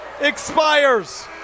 expires